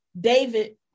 David